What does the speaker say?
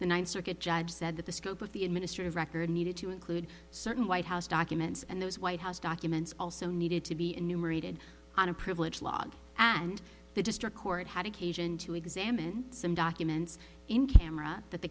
the ninth circuit judge said that the scope of the administrative record needed to include certain white house documents and those white house documents also needed to be enumerated on a privilege log and the district court had occasion to examine some documents in camera that the